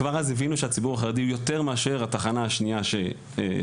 וכבר אז הבינו שהציבור החרדי יותר מאשר התחנה השנייה שפעלה,